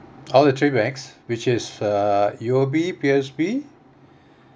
all the three banks which is uh U_O_B P_O_S_B